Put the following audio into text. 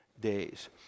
days